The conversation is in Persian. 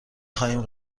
خواهیم